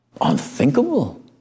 unthinkable